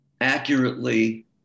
accurately